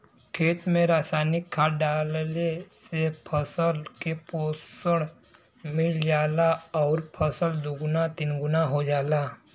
खेत में रासायनिक खाद डालले से फसल के पोषण मिल जाला आउर फसल दुगुना तिगुना हो जाला